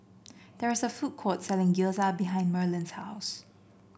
there is a food court selling Gyoza behind Merlin's house